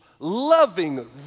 loving